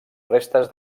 restes